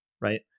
right